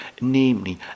namely